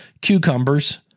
Cucumbers